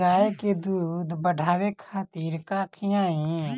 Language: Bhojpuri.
गाय के दूध बढ़ावे खातिर का खियायिं?